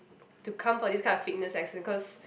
to come for this kind of fitness as because